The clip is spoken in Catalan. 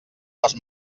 les